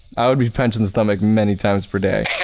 i would be punched in the stomach many times per day.